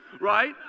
right